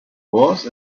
was